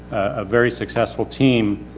a very successful team.